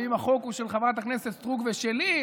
ואם החוק של חברת הכנסת סטרוק ושלי,